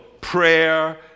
prayer